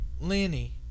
Lenny